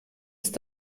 ist